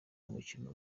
umukino